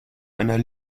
einer